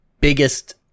biggest